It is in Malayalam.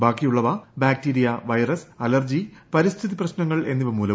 ബാക്കിയുള്ളവ ബാക്ടീരിയ വൈറസ് അലർജി പരിസ്ഥിതി പ്രശ്നങ്ങൾ എന്നിവ മൂലവും